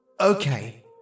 Okay